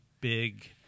big